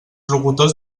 locutors